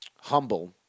humble